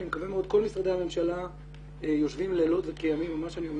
כל משרדי הממשלה בתקופה האחרונה יושבים לילות כימים ואני אומר